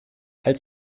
als